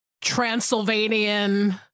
Transylvanian